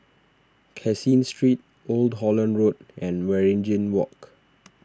Caseen Street Old Holland Road and Waringin Walk